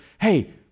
hey